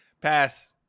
Pass